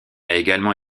également